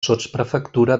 sotsprefectura